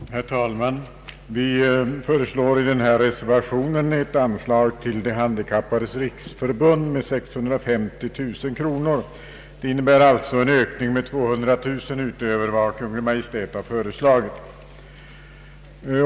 Herr talman! Vi föreslår i vår reservation vid denna punkt ett anslag till De handikappades riksförbund med 650 000 kronor. Det innebär en ökning med 200 000 kronor utöver vad Kungl. Maj:t föreslagit.